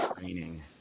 training